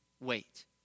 wait